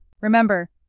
Remember